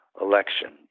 election